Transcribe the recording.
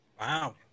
Wow